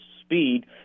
speed